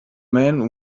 man